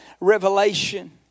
revelation